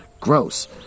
Gross